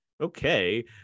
okay